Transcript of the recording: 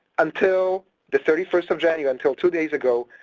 until the thirty first of january, until two days ago,